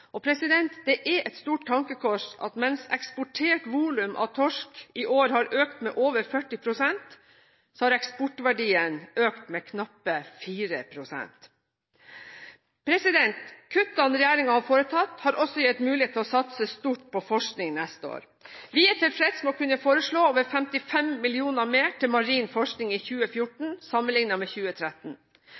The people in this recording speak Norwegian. Det er et stort tankekors at mens eksportert volum av torsk i år har økt med over 40 pst., har eksportverdien økt med knappe 4 pst. Kuttene regjeringen har foretatt, har også gitt mulighet til å satse stort på forskning neste år. Vi er tilfreds med å kunne foreslå over 55 mill. kr mer til marin forskning i 2014 sammenlignet med 2013.